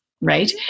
right